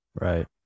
right